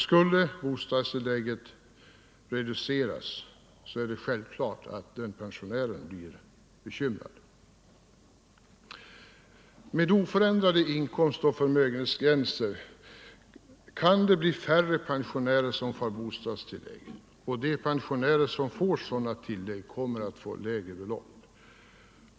Skulle bostadstilllägget reduceras är det självklart att pensionären blir bekymrad. Med oförändrade inkomstoch förmögenhetsgränser kan det bli färre pensionärer som får bostadstillägg, och de pensionärer som erhåller sådana tillägg kommer att få lägre belopp.